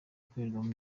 ikorerwamo